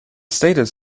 status